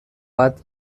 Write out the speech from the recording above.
bat